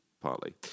partly